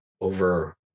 over